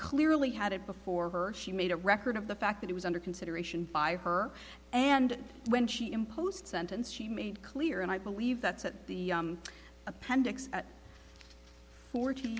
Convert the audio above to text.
clearly had it before her she made a record of the fact that it was under consideration five her and when she imposed sentence she made clear and i believe that's at the appendix forty